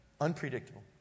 Unpredictable